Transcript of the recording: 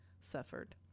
suffered